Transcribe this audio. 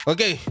Okay